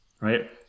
right